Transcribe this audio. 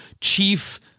chief